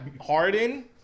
Harden